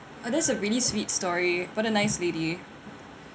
ah that's a really sweet story what a nice lady